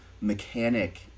mechanic